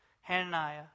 Hananiah